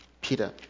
Peter